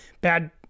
bad